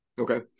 Okay